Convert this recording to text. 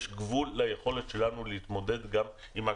יש גבול ליכולת שלנו להתמודד גם עם מה